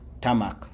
tarmac